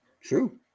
True